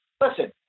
listen